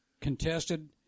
contested